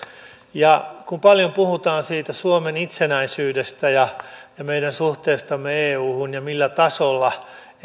kun paljon puhutaan siitä suomen itsenäisyydestä ja meidän suhteestamme euhun ja siitä millä tasolla